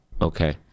Okay